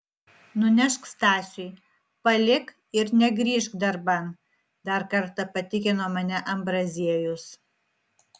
nunešk stasiui palik ir negrįžk darban dar kartą patikino mane ambraziejus